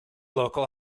local